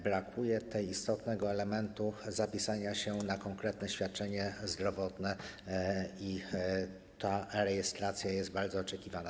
Brakuje jednak istotnego elementu zapisania się na konkretne świadczenie zdrowotne i ta e-rejestracja jest bardzo oczekiwana.